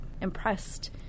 impressed